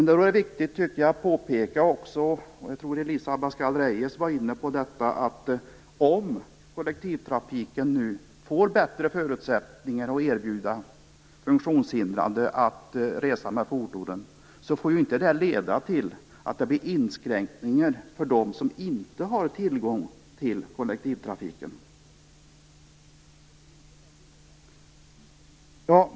Det är också viktigt att påpeka - och jag tror att Elisa Abascal Reyes gjorde det - att om kollektivtrafiken nu får bättre förutsättningar att erbjuda funktionshindrade att resa med fordonen får det inte leda till att det blir inskränkningar för dem som inte har tillgång till kollektivtrafiken. Herr talman!